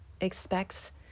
expects